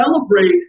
celebrate